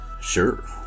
Sure